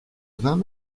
vingt